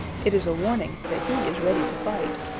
it is a warning that he is ready to fight.